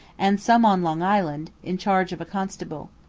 and some on long island, in charge of a constable.